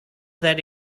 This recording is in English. that